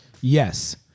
Yes